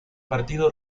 partido